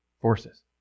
forces